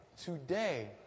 today